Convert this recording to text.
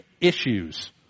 issues